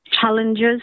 challenges